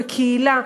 בקהילה,